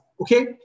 Okay